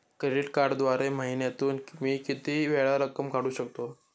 Credit कार्डद्वारे महिन्यातून मी किती वेळा रक्कम काढू शकतो?